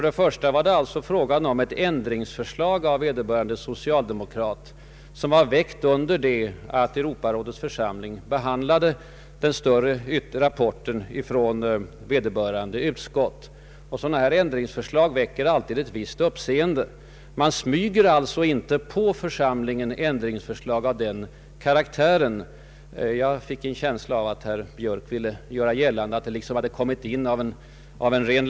Det var för det första fråga om ett ändringsförslag av vederbörande socialdemokrat vilket väcktes under det att Europarådets församling behandlade ett omfattande förslag från vederbörande utskott. Sådana ändringsförslag väcker alltid uppmärksamhet. Man smyger inte på församlingen ändringsförslag av den karaktären. Jag fick en känsla av att herr Björk ville göra gällande att det hade kommit med liksom av en slump.